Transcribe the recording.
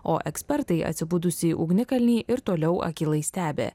o ekspertai atsibudusį ugnikalnį ir toliau akylai stebi